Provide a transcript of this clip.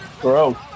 Bro